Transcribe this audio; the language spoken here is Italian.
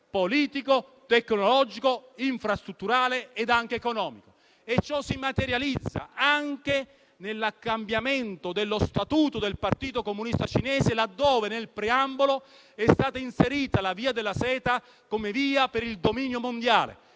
politico, tecnologico, infrastrutturale ed anche economico. Ciò si materializza anche nel cambiamento dello statuto del partito comunista cinese, laddove nel preambolo è stata inserita la via della seta come via per il dominio mondiale;